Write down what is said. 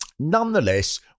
Nonetheless